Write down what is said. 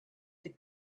the